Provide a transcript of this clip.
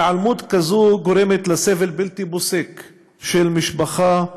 היעלמות כזאת גורמת לסבל בלתי פוסק של משפחה,